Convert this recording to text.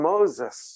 Moses